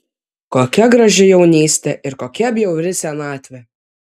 kokia graži jaunystė ir kokia bjauri senatvė